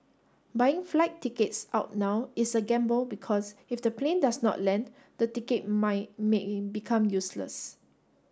buying flight tickets out now is a gamble because if the plane does not land the ticket might may become useless